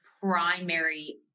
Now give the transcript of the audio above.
primary